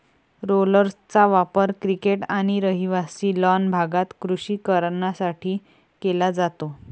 रोलर्सचा वापर क्रिकेट आणि रहिवासी लॉन भागात कृषी कारणांसाठी केला जातो